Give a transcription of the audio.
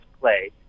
play